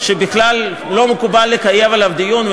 שבכלל לא מקובל לקיים עליו דיון,